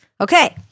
Okay